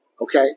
Okay